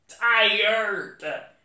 tired